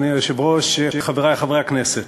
אדוני היושב-ראש, חברי חברי הכנסת,